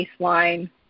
baseline